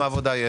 כמה עבודה יש.